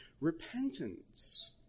repentance